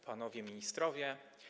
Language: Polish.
Panowie Ministrowie!